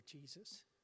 Jesus